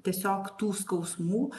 tiesiog tų skausmų